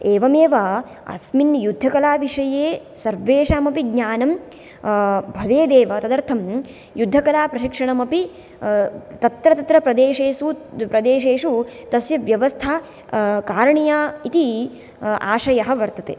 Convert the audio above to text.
एवमेव अस्मिन् युद्धकला विषये सर्वेषामपि ज्ञानम् भवेदेव तदर्थं युद्धकला प्रशिक्षणमपि तत्र तत्र प्रदेशेषु प्रदेशेषु तस्य व्यवस्था कारणीय इति आशयः वर्तते